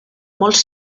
molts